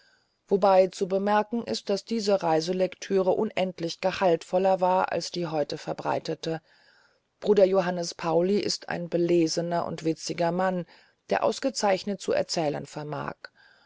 wobei zu bemerken ist daß diese reiselektüre unendlich gehaltvoller war als die heute verbreitete bruder johannes pauli ist ein belesener und witziger mann der ausgezeichnet zu erzählen vermag